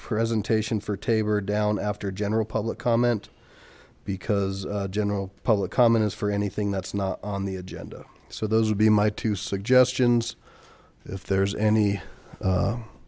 presentation for taber down after general public comment because general public comment is for anything that's not on the agenda so those would be my two suggestions if there's any